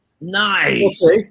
Nice